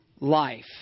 life